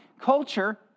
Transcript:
culture